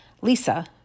Lisa